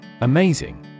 Amazing